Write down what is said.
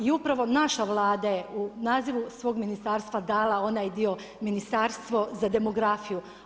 I upravo naša Vlada je u nazivu svog ministarstva dala onaj dio Ministarstvo za demografiju.